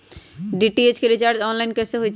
DTH के recharge online कैसे होईछई?